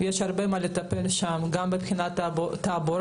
יש הרבה מה לטפל שם, גם מבחינת התעבורה,